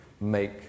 make